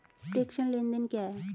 प्रेषण लेनदेन क्या है?